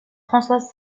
françoise